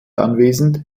anwesend